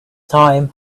time